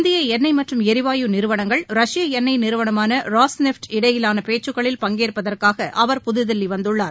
இந்தியஎண்ணெய் மற்றும் எரிவாயு நிறுவனங்கள் ரஷ்ய எண்ணெய் நிறுவனமான ராஸ்நெஃப்ட் இடையேபேச்சுக்களில் பங்கேற்பதற்குஅவர் புதுதில்லிவந்துள்ளார்